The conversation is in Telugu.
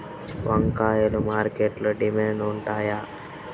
వంకాయలు మార్కెట్లో డిమాండ్ ఉంటాయా?